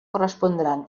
correspondran